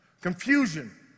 confusion